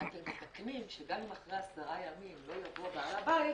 אתם מתקנים שגם אם אחרי עשרה ימים לא יבוא בעל הבית,